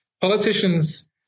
Politicians